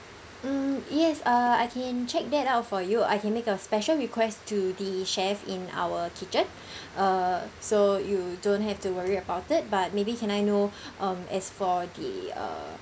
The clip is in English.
mm yes uh I can check that out for you I can make a special request to the chef in our kitchen uh so you don't have to worry about it but maybe can I know um as for the uh